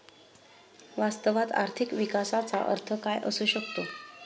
वास्तवात आर्थिक विकासाचा अर्थ काय असू शकतो?